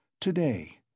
today